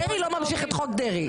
דרעי לא ממשיך את חוק דרעי.